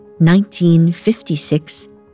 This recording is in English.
1956